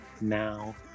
now